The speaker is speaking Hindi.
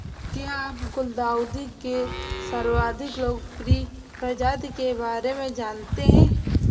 क्या आप गुलदाउदी के सर्वाधिक लोकप्रिय प्रजाति के बारे में जानते हैं?